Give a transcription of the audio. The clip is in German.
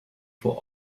vor